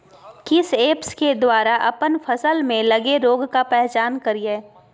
किस ऐप्स के द्वारा अप्पन फसल में लगे रोग का पहचान करिय?